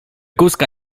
kózka